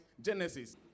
Genesis